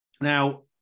Now